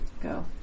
Go